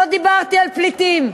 לא דיברתי על פליטים.